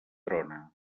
trona